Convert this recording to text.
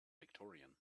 victorian